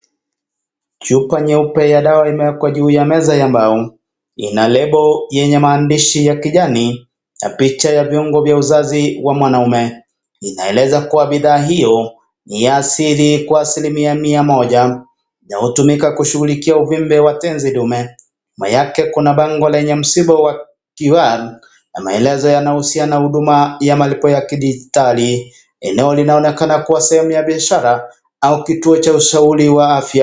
Chupa nyeupe ya dawa imewekwa juu ya meza ya mbao ina lebo yenye maandishi ya kijani na picha yenye viungo vya uzazi wa mwanamume. Inaeleza kuwa bidhaa hiyo ni asili kwa asilimia mia moja na hutumika kushughulikia uvimbe wa tenzi dume. Nyuma yake kuna bango lenye msiba wa QR na maelezo yanahusiana na huduma ya maelezo ya kidijitali. Eneo linaonekana kuwa sehemu ya biashara au kituo cha ushauri wa afya.